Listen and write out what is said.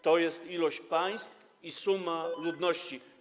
To jest liczba państw i suma ludności.